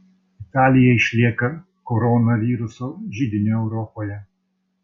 italija išlieka koronaviruso židiniu europoje